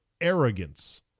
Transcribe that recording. arrogance